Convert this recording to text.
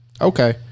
Okay